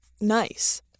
nice